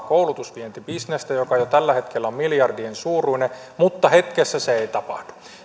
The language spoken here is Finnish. koulutusvientibisnestä joka jo tällä hetkellä on miljardien suuruinen mutta hetkessä se ei tapahdu